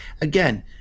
again